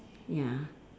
ya